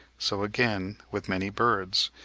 so again with many birds,